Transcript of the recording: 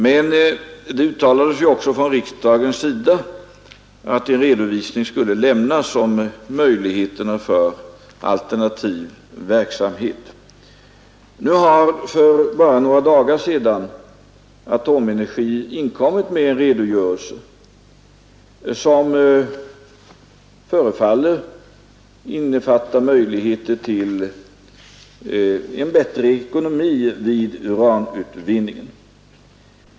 Men det uttalades också från riksdagens sida att en redovisning skulle lämnas om möjligheterna för alternativ verksamhet. Nu har för bara några dagar sedan Atomenergi inkommit med en redogörelse, som förefaller innefatta möjligheter till en bättre ekonomi vid uranutvinningen.